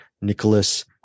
Nicholas